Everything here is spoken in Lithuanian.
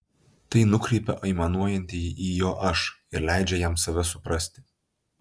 tai nukreipia aimanuojantįjį į jo aš ir leidžia jam save suprasti